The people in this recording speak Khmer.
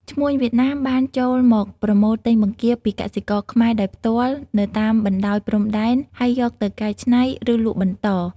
ឈ្មួញវៀតណាមបានចូលមកប្រមូលទិញបង្គាពីកសិករខ្មែរដោយផ្ទាល់នៅតាមបណ្តោយព្រំដែន ហើយយកទៅកែច្នៃ ឬលក់បន្ត។